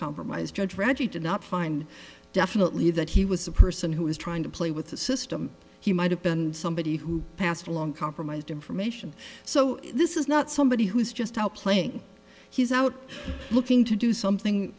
compromise judge reggie to not find definitely that he was a person who was trying to play with the system he might have been somebody who passed along compromised information so this is not somebody who's just how playing he's out looking to do something